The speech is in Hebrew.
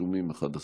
רשומים 11 דוברים.